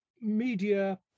media